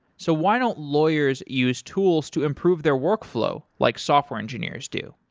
so why don't lawyers use tools to improve their workflow like software engineers do?